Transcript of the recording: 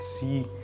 see